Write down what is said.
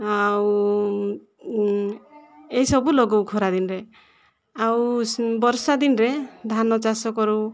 ଆଉ ଏସବୁ ଲଗାଉ ଖରାଦିନରେ ଆଉ ବର୍ଷାଦିନରେ ଧାନଚାଷ କରୁ